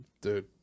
dude